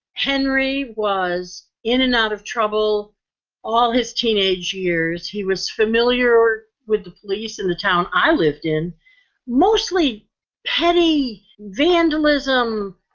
henry was in and out of trouble all his teenage years. he was familiar with the police in the town. i lived in mostly petty vandalism,